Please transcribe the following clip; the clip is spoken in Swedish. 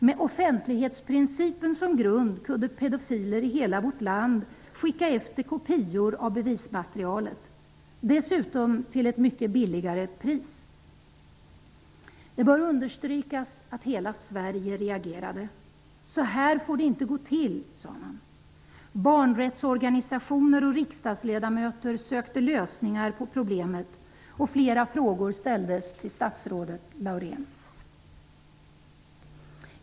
Med offentlighetsprincipen som grund kunde pedofiler i hela vårt land skicka efter kopior av bevismaterialet -- dessutom till ett mycket lågt pris. Det bör understrykas att hela Sverige reagerade. -- Så här får det inte gå till, sade man. Barnrättsorganisationer och riksdagsledamöter sökte lösningar på problemet, och flera frågor ställdes till statsrådet Laurén.